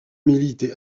milité